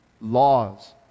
laws